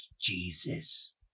Jesus